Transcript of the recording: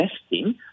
testing